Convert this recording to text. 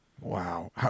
Wow